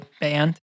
band